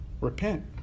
repent